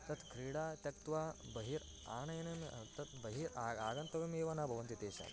तत् क्रीडां त्यक्त्वा बहिर् आनयनं तत् बहिर् आग् आगन्तव्यमेव न भवन्ति तेषां